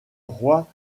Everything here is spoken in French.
roi